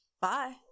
bye